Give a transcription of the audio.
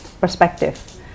perspective